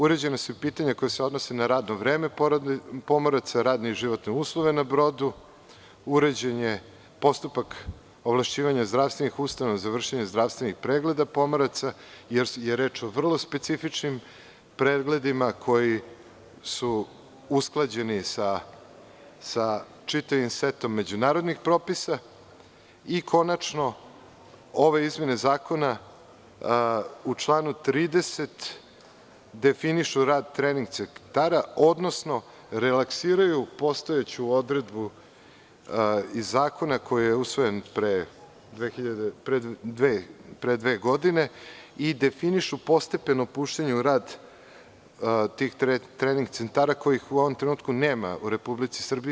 Uređena su i pitanja koja se odnose na radno vreme pomoraca, radne i životne uslove na brodu, postupak ovlašćivanja zdravstvenih ustanova za vršenje zdravstvenih pregleda pomoraca, jer je reč o vrlo specifičnim pregledima koji su usklađeni sa čitavim setom međunarodnih propisa i, konačno, ove izmene Zakona u članu 30. definišu rad trening centara odnosno relaksiraju postojeću odredbu iz zakona koji je usvojen pre dve godine i definišu postepeno puštanje u rad tih trening centara kojih u ovom trenutku nema u Republici Srbiji.